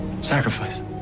Sacrifice